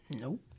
Nope